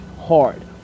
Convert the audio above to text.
hard